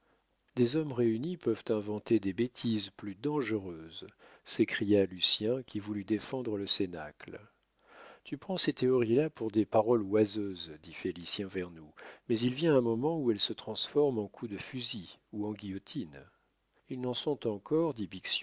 des hommes réunis peuvent inventer des bêtises plus dangereuses s'écria lucien qui voulut défendre le cénacle tu prends ces théories là pour des paroles oiseuses dit félicien vernou mais il vient un moment où elles se transforment en coups de fusil ou en guillotine ils n'en sont encore